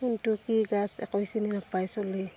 কোনটো কি গাছ একোৱে চিনি নেপায় চলিয়ে